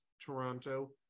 Toronto